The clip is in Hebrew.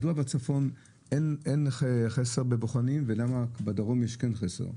מדוע בצפון אין חסר בבוחנים ולמה בדרום יש כאן חסר?